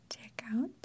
check-out